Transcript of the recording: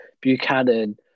Buchanan